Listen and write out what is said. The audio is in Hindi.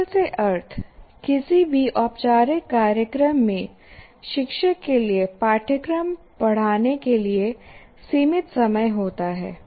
कुशल से अर्थ किसी भी औपचारिक कार्यक्रम में शिक्षक के लिए पाठ्यक्रम पढ़ाने के लिए सीमित समय होता है